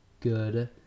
good